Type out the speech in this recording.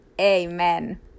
Amen